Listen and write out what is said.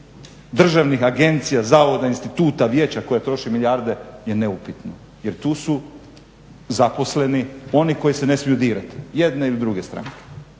državnih agencija, zavoda, instituta, vijeća koje troši milijarde je neupitno jer tu su zaposleni, oni koji se ne smiju dirati jedne ili druge stranke.